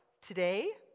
Today